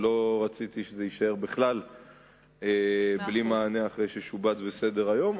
ולא רציתי שזה יישאר בכלל בלי מענה אחרי ששובץ בסדר-היום,